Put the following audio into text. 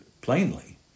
plainly